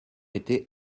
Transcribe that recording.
étaient